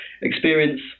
experience